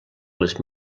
les